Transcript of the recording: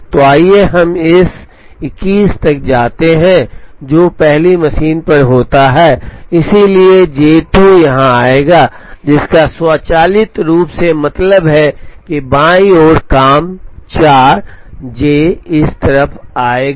तो आइए हम इस 21 तक जाते हैं जो पहली मशीन पर होता है इसलिए जे 2 यहां आएगा जिसका स्वचालित रूप से मतलब है कि बाईं ओर काम 4 जे इस तरफ आएगा